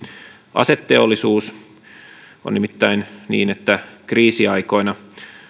aseteollisuus on nimittäin niin että kriisiaikoina